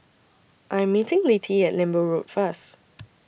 I Am meeting Littie At Lembu Road First